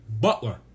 Butler